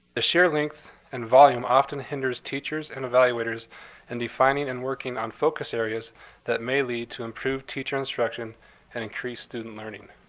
the sheer length and volume often hinders teachers and evaluators in defining and working on focus areas that may lead to improved teacher instruction and increased student learning.